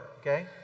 Okay